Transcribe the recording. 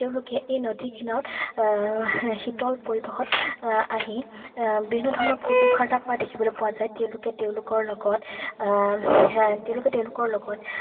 তেওঁলোকে এই নদীৰ কিনাৰত শীতল পৰিৱেশত আহি বিভিন্ন ধৰণৰ ফূৰ্তি ফাৰ্তা কৰা দেখিবলৈ পোৱা যায় তেওঁলোকে তেওঁলোকৰ লগত তেওঁলোকে তেওঁলোকৰ লগত